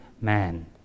man